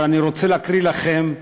אבל אני רוצה להקריא לכם,